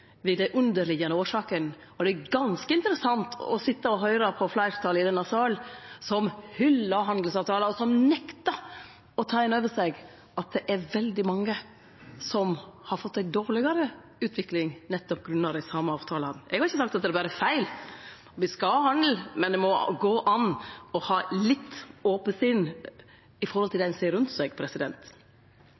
ved dei underliggjande årsakene. Og det er ganske interessant å sitje og høyre på fleirtalet i denne salen, som hyllar handelsavtalar, men som nektar å ta inn over seg at det er veldig mange som har fått ei dårlegare utvikling nettopp på grunn av dei same avtalane. Eg har ikkje sagt at det berre er feil. Me skal ha handel, men det må gå an å ha eit litt ope sinn når det gjeld det ein ser rundt seg.